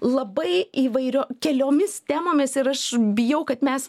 labai įvairio keliomis temomis ir aš bijau kad mes